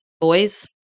boys